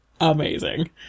amazing